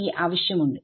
ആവശ്യമുണ്ട്